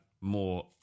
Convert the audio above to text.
more